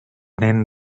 nen